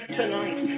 tonight